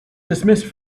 dismissed